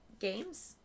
games